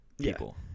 people